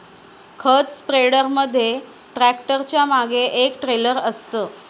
खत स्प्रेडर मध्ये ट्रॅक्टरच्या मागे एक ट्रेलर असतं